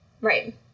Right